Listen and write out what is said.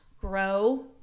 grow